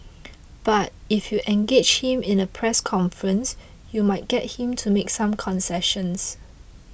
but if you engage him in a press conference you might get him to make some concessions